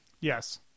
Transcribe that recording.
yes